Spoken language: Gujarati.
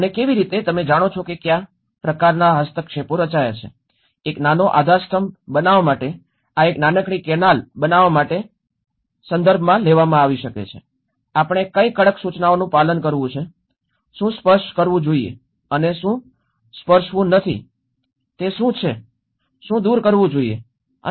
અને કેવી રીતે તમે જાણો છો કે કયા પ્રકારનાં હસ્તક્ષેપો રચાયા છે એક નાનો આધારસ્તંભ બનાવવા માટે આ એક નાનકડી કેનાલ બનાવવા માટે લેવામાં આવી શકે છે આપણે કઈ કડક સૂચનાઓનું પાલન કરવું છે શું સ્પર્શ કરવું જોઈએ અને શું સ્પર્શવું નથી શું છે શું દૂર કરવું અને શું ઉમેરવું નહીં